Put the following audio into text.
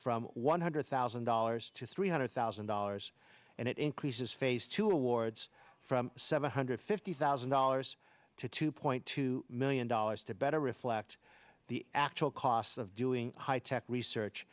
from one hundred thousand dollars to three hundred thousand dollars and it increases phase two awards from seven hundred fifty thousand dollars to two point two million dollars to better reflect the actual costs of doing high tech research